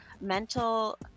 mental